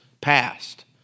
passed